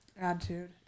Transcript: attitude